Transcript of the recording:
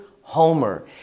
Homer